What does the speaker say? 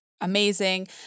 amazing